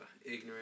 ignorant